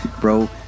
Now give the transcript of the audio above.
bro